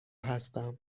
هستم